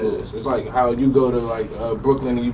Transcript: it's like how you go to like brooklyn,